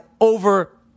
over